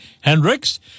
Hendricks